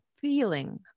feeling